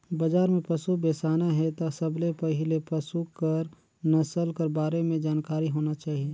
बजार में पसु बेसाना हे त सबले पहिले पसु कर नसल कर बारे में जानकारी होना चाही